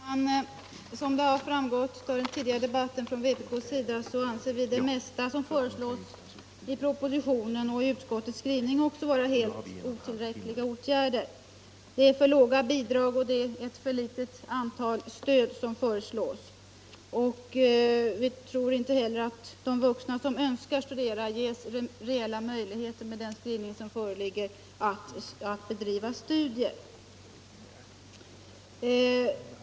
Herr talman! Som framgått av den tidigare debatten anser vi inom vpk att det mesta som föreslås i propositionen och i utskottets skrivning innebär helt otillräckliga åtgärder. Där föreslås för låga bidrag och för få studiestöd. Vi tror inte heller att med den skrivning som föreligger de vuxna som önskar studera ges reella möjligheter att bedriva studier.